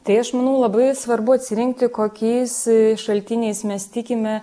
tai aš manau labai svarbu atsirinkti kokiais šaltiniais mes tikime